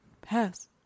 pass